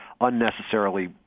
unnecessarily